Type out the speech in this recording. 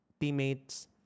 teammates